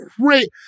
great